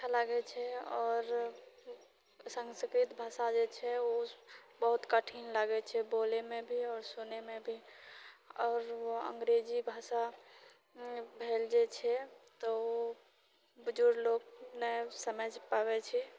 अच्छा लागैत छै आओर संस्कृत भाषा जे छै ओ बहुत कठिन लागैत छै बोलयमे भी आओर सुनयमे भी आओर ओ अंग्रेजी भाषा भेल जे छै तऽ ओ बुजुर्ग लोग नहि समझि पाबैत छै